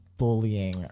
bullying